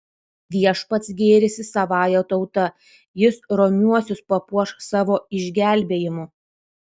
viešpats gėrisi savąja tauta jis romiuosius papuoš savo išgelbėjimu